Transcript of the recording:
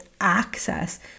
access